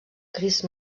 crist